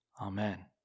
Amen